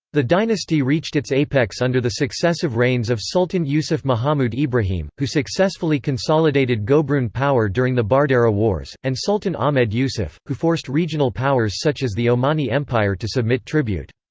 the dynasty reached its apex under the successive reigns of sultan yusuf mahamud ibrahim, who successfully consolidated gobroon power during the bardera wars, and sultan ahmed yusuf, who forced regional powers such as the omani empire to submit tribute.